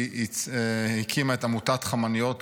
היא הקימה את עמותת חמניות,